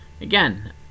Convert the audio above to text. Again